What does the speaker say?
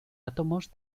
átomos